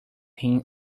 him